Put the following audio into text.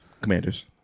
Commanders